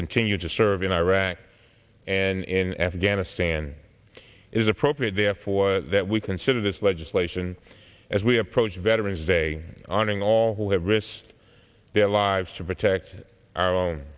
continued to serve in iraq and in afghanistan is appropriate therefore that we consider this legislation as we approach veterans day honoring all who have risked their lives to protect our own